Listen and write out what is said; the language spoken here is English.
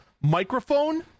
microphone